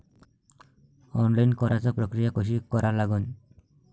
Online कराच प्रक्रिया कशी करा लागन?